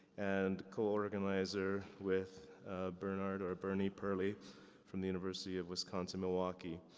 and co-organizer with bernard or bernie perley from the university of wisconsin-milwaukee.